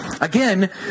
Again